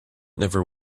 never